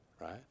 right